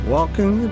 Walking